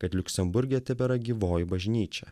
kad liuksemburge tebėra gyvoji bažnyčia